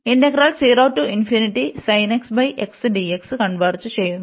അതിനാൽ കൺവെർജ് ചെയ്യുന്നു